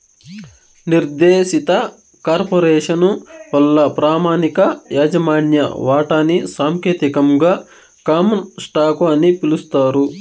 నిర్దేశిత కార్పొరేసను వల్ల ప్రామాణిక యాజమాన్య వాటాని సాంకేతికంగా కామన్ స్టాకు అని పిలుస్తారు